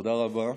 תודה רבה.